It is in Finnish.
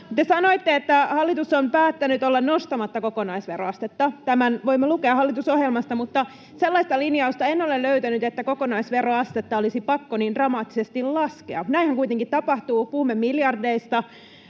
sanoitte, että hallitus on päättänyt olla nostamatta kokonaisveroastetta. Tämän voimme lukea hallitusohjelmasta, mutta sellaista linjausta en ole löytänyt, että kokonaisveroastetta olisi pakko niin dramaattisesti laskea. Näinhän kuitenkin tapahtuu, puhumme miljardeista,